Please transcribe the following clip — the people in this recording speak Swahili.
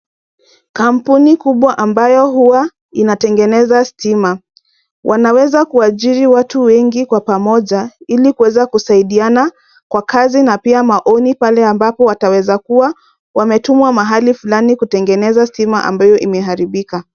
Kampuni kubwa ambayo huwa, inatengeneza stima, wanaweza kuajiri watu wengi kwa pamoja, ili kuweza kusaidiana kwa kazi, na pia maoni pale ambapo wataweza kuwa wametumwa mahali, fulani kutengeneza stima ambayo imeharibika.